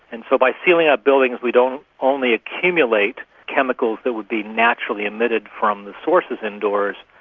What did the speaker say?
and so by sealing up buildings we don't only accumulate chemicals that would be naturally emitted from the sources indoors,